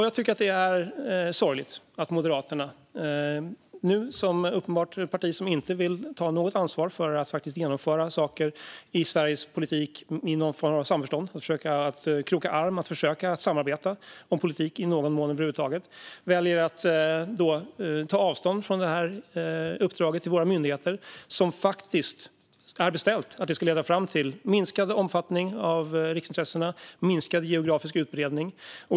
Jag tycker att det är sorgligt att Moderaterna som parti uppenbarligen inte vill ta något ansvar för att faktiskt genomföra saker i svensk politik i någon form av samförstånd. Man vill inte försöka kroka arm och samarbeta om politik över huvud taget utan väljer att ta avstånd från det uppdrag till våra myndigheter som faktiskt är beställt för att leda fram till en minskad omfattning av riksintressena och en minskad geografisk utbredning.